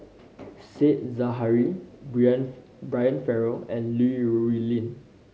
Said Zahari Brian Farrell and Li Rulin